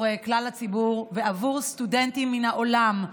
כלל הציבור ועבור סטודנטים מן העולם.